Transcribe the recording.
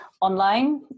online